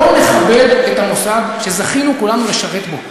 בואו נכבד את המוסד שזכינו כולנו לשרת בו.